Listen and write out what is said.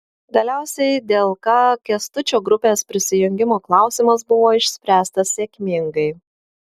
galiausiai dlk kęstučio grupės prisijungimo klausimas buvo išspręstas sėkmingai